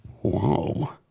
Whoa